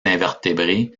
invertébrés